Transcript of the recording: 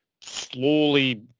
slowly